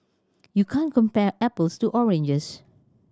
you can't compare apples to oranges